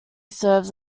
serves